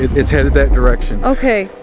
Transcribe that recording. it's headed that direction. okay.